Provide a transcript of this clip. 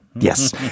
Yes